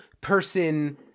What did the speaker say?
person